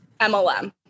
MLM